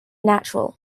natural